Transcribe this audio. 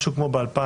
משהו כמו ב-2010